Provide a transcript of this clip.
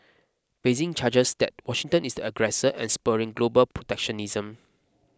Beijing charges that Washington is the aggressor and spurring global protectionism